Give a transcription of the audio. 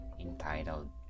entitled